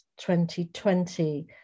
2020